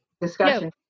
discussion